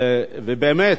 ובאמת,